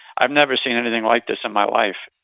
i never seen anything like this in my life.